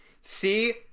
See